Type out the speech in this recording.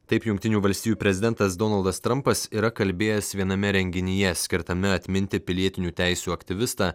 taip jungtinių valstijų prezidentas donaldas trampas yra kalbėjęs viename renginyje skirtame atminti pilietinių teisių aktyvistą